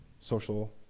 social